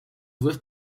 whipped